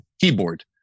Keyboard